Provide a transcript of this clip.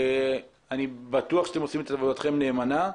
אני בטוח שאתם עושים את עבודתכם נאמנה,